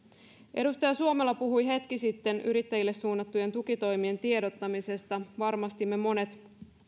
edustaja suomela puhui hetki sitten yrittäjille suunnattujen tukitoimien tiedottamisesta varmasti monet